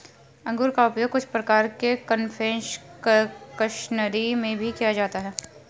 अंगूर का उपयोग कुछ प्रकार के कन्फेक्शनरी में भी किया जाता है